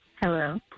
Hello